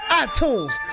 iTunes